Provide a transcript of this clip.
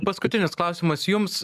paskutinis klausimas jums